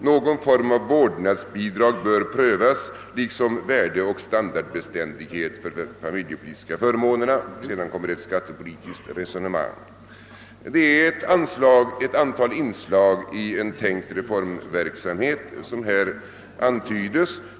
Någon form av vårdnadsbidrag bör prövas liksom värdeoch standardbeständighet för de familjepolitiska förmånerna.» Sedan kommer ett skattepolitiskt resonemang. Det är ett antal inslag i en tänkt reformverksamhet som här antydes.